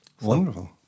Wonderful